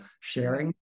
sharing